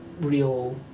real